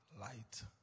light